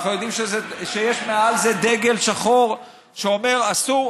אנחנו יודעים שיש מעל זה דגל שחור שאומר: אסור,